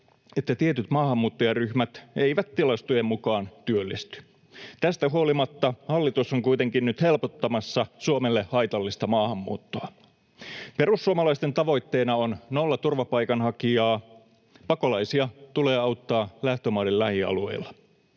että tietyt maahanmuuttajaryhmät eivät tilastojen mukaan työllisty. Tästä huolimatta hallitus on kuitenkin nyt helpottamassa Suomelle haitallista maahanmuuttoa. Perussuomalaisten tavoitteena on nolla turvapaikanhakijaa. Pakolaisia tulee auttaa lähtömaiden lähialueilla.